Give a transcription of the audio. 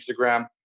Instagram